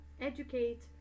educate